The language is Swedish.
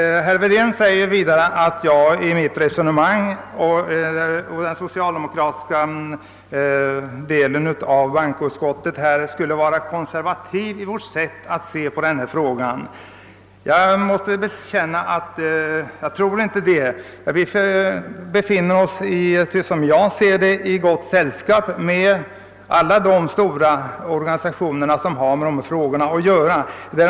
Herr Wedén sade att jag i mitt resonemang och den socialdemokratiska delen av bankoutskottet vore konservativa i vårt sätt att betrakta denna fråga. Jag tror inte att vi är det. I så fall befinner vi oss i gott sällskap med alla de stora organisationer som sysslar med dessa frågor.